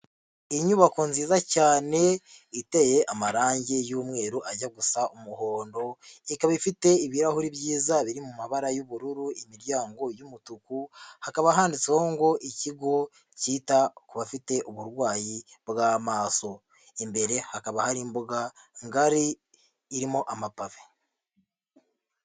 Inyubako nziza cyane iteye amarangi y'umweru ajya gusa umuhondo ikaba ifite ibirahuri byiza biri mu mabara y'ubururu imiryango y'umutuku hakaba handitseho ngo ikigo cyita ku bafite uburwayi bw'amaso imbere hakaba hari imbuga ngari irimo amapavi.